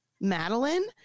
Madeline